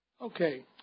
Okay